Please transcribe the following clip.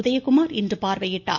உதயகுமார் இன்று பார்வையிட்டார்